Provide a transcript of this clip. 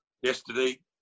Yesterday